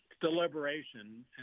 deliberation